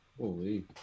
Holy